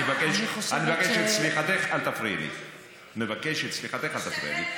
אל תגיד לי "תשתקי" אני מבקש ממך, אני מבקש ממך.